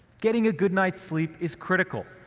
getting a good night's sleep is critical,